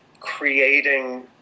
creating